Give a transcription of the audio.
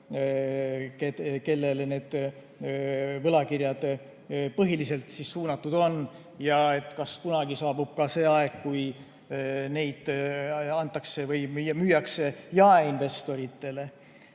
kellele need võlakirjad põhiliselt suunatud on, ja kas kunagi saabub aeg, kui neid antakse või müüakse jaeinvestoritele.